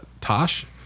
Tosh